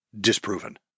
disproven